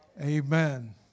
Amen